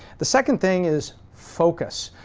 the second thing is focus.